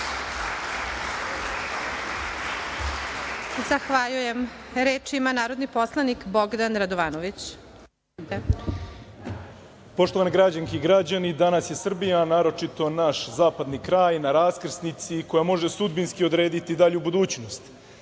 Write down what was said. Zahvaljujem. Reč ima narodni poslanik Bogdan Radovanović. **Bogdan Radovanović** Poštovane građanke i građani, danas je Srbija, naročito naš zapadni kraj, na raskrsnici koja može sudbinski odrediti dalju budućnost. Lepota